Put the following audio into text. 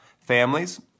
families